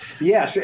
Yes